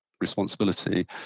Responsibility